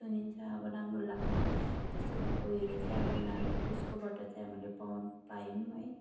सुनिन्छ अब राम्रो लाग्छ त्यस्तो खालको उयोहरू चाहिँ अब उनीहरू उसकोबाट चाहिँ हामीले पाउन पायौँ है